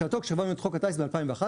בשעתו כשהעברנו את חוק הטיס ב-2011,